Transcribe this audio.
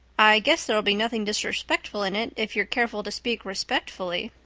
i guess there'll be nothing disrespectful in it if you're careful to speak respectfully.